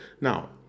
Now